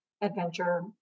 adventure